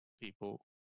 people